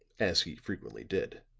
as he frequently did.